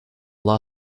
law